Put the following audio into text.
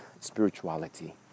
spirituality